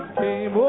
came